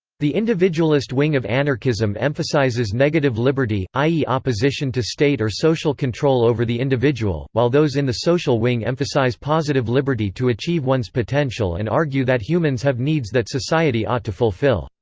the individualist wing of anarchism emphasises negative liberty, i e. opposition to state or social control over the individual, while those in the social wing emphasise positive liberty to achieve one's potential and argue that humans have needs that society ought to fulfil,